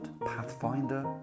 Pathfinder